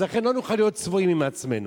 לכן לא נוכל להיות צבועים עם עצמנו,